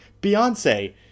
Beyonce